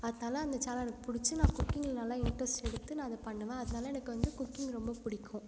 அதால் அந்த சேனல் எனக்கு பிடிச்சி நான் குக்கிங்ல நல்லா இன்ட்ரஸ்ட் எடுத்து நான் அதை பண்ணுவேன் அதனால எனக்கு வந்து குக்கிங் ரொம்ப பிடிக்கும்